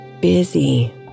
busy